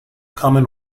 common